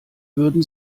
würden